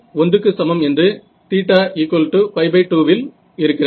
P 1 என்று θ π2 இல் இருக்கிறது